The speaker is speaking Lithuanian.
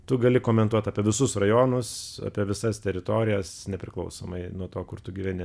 tu gali komentuot apie visus rajonus apie visas teritorijas nepriklausomai nuo to kur tu gyveni